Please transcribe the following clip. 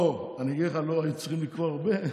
לא, אני אגיד לך, לא היו צריכים לקרוא הרבה,